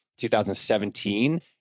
2017